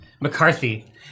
McCarthy